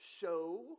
show